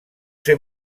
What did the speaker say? ser